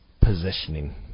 positioning